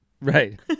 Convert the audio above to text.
Right